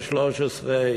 ב-13',